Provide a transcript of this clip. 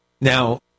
Now